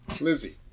Lizzie